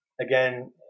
Again